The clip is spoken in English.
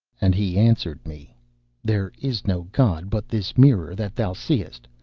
and he answered me there is no god but this mirror that thou seest,